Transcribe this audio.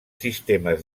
sistemes